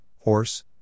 horse